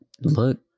Look